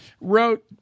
wrote